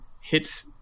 hits